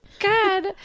God